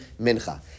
Mincha